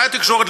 אולי התקשורת,